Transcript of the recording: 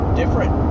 different